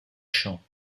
champs